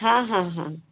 हाँ हाँ हाँ